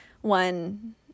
one